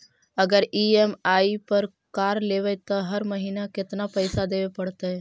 अगर ई.एम.आई पर कार लेबै त हर महिना केतना पैसा देबे पड़तै?